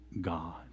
God